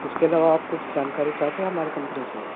اس کے علاوہ آپ کچھ جانکاری چاہتے ہیں ہماری کمپنی سے